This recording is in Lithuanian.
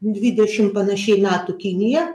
dvidešim panašiai metų kinija